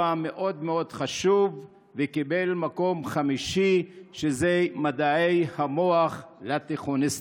מאוד מאוד חשוב וקיבל מקום חמישי במדעי המוח לתיכוניסטים.